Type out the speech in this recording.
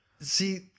See